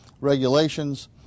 regulations